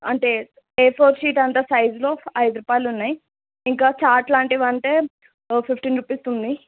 అంటే A four sheet అంత సైజులో ఐదు రుపాలు ఉన్నాయి ఇంకా చార్ట్ లాంటివి అంటే ఓ ఫిఫ్టీన్ రుపీస్ ఉన్నాయి